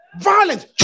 violence